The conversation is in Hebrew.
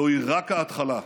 זוהי רק ההתחלה.